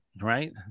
right